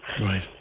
Right